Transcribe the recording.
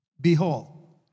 behold